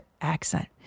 accent